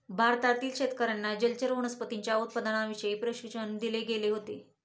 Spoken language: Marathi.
भारतातील शेतकर्यांना जलचर वनस्पतींच्या उत्पादनाविषयी प्रशिक्षण दिले गेले होते